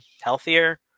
healthier